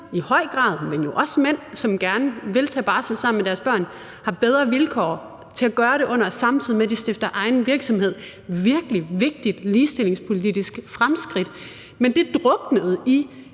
i høj grad kvinder, men jo også mænd, som gerne vil tage barsel med deres børn, har bedre vilkår til at gøre det, samtidig med at de stifter egen virksomhed. Det er et virkelig vigtigt ligestillingspolitisk fremskridt, men det druknede i